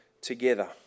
together